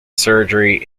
surgery